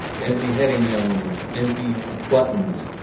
empty heading elements, empty buttons,